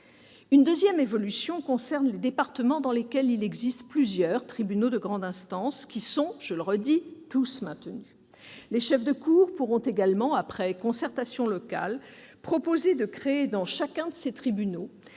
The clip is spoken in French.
Une deuxième évolution concerne les départements dans lesquels il existe plusieurs tribunaux de grande instance, qui sont tous maintenus. Les chefs de cour pourront également, après concertation locale, proposer de créer dans chacun de ces tribunaux